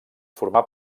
formà